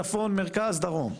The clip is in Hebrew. צפון, מרכז, דרום.